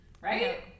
Right